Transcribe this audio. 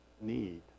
need